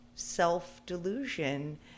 self-delusion